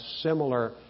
similar